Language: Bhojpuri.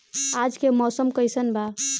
आज के मौसम कइसन बा?